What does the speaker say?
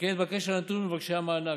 על כן התבקש הנתון ממבקשי המענק.